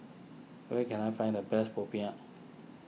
where can I find the best Popiah